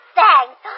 thanks